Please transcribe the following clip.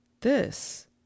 This